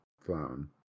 phone